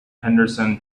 henderson